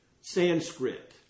Sanskrit